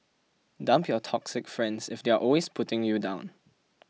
dump your toxic friends if they're always putting you down